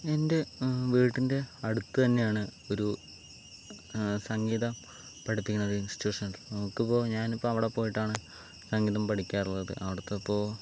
എൻ്റെ വീടിൻ്റെ അടുത്തന്നെയാണ് ഒരു സംഗീതം പഠിപ്പിക്കുന്ന ഇൻസ്റ്റിറ്റ്യൂഷൻ ഉണ്ട് നമുക്കപ്പോൾ ഞാനിപ്പോൾ അവിടെ പോയിട്ടാണ് സംഗീതം പഠിക്കാറുള്ളത് അവിടത്തെപ്പോൾ